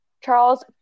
Charles